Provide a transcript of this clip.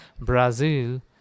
Brazil